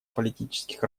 политических